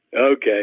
Okay